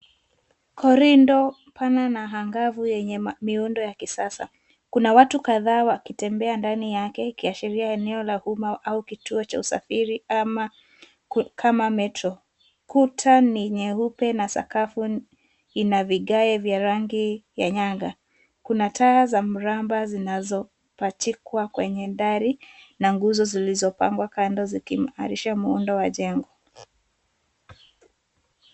Korido pana na angavu yenye miundo ya kisasa. Kuna watu kadhaa wakitembea ndani yake ikiashiria eneo la umma au kituo cha usafiri kama Metro. Kuta ni nyeupe na sakafu ina vigae vya rangi ya nyanga. Kuna taa za mraba zinazopachikwa kwenye dari na nguzo zilizopangwa kando ziking'arisha muundo wa jengo.